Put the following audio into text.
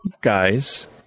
guys